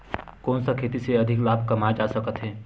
कोन सा खेती से अधिक लाभ कमाय जा सकत हे?